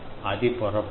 అది పొరపాటు